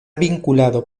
vinculado